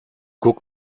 guck